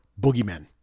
boogeymen